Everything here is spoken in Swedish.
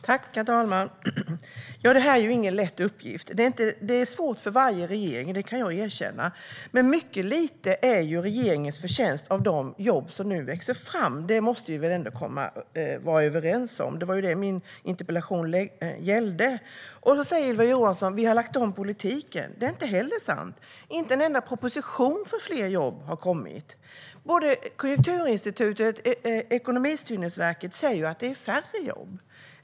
Herr talman! Det här är ingen lätt uppgift. Det är svårt för varje regering. Det kan jag erkänna. Men mycket lite är regeringens förtjänst av de jobb som nu växer fram. Det måste vi väl ändå vara överens om. Det var vad min interpellation gällde. Ylva Johansson säger: Vi har lagt om politiken. Det är inte heller sant. Inte en enda proposition för fler jobb har kommit. Både Konjunkturinstitutet och Ekonomistyrningsverket säger att det är färre jobb.